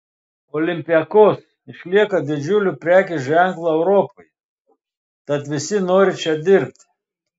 olympiakos išlieka didžiuliu prekės ženklu europoje tad visi nori čia dirbti